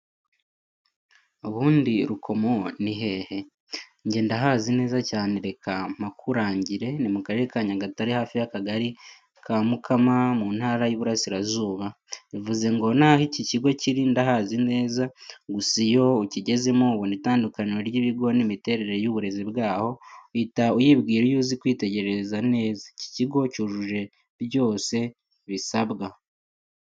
Ubundi Rukomo ni hehe? Njye ndahazi neza cyane reka mpakurangire ni mu Karere ka Nyagatare hafi y'akagali ka Mukama mu Ntara y'Iburasirazuba. Bivuze ngo naho iki kigo kiri ndahazi neza, gusa iyo ukigezemo ubona itandukaniro ry'ibigo n'imiterere y'uburezi bwaho uhita uyibwira iyo uzi kwitegereza neza, iki kigo cyujuje byose bisabwa.